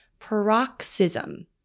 paroxysm